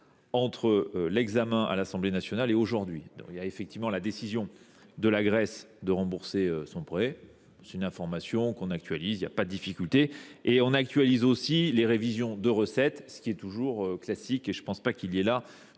entre l'examen à l'Assemblée nationale et aujourd'hui. Il y a effectivement la décision de la Grèce de rembourser son prêt. C'est une information qu'on actualise, il n'y a pas de difficulté. Et on actualise aussi les révisions de recettes, ce qui est toujours classique et je ne pense pas qu'il y ait là